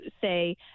say